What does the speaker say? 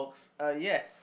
uh yes